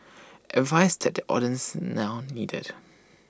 advice that the audience now needed